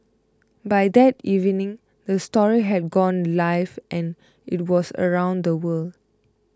by that evening the story had gone live and it was around the world